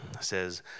says